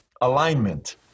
Alignment